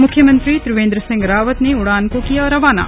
मुख्यमंत्री त्रिवेन्द्र सिंह रावत ने उड़ान को किया रवाना